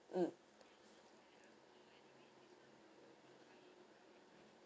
mm